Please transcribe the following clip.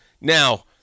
Now